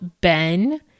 Ben